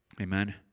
Amen